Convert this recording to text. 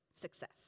Success